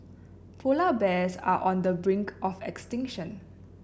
polar bears are on the brink of extinction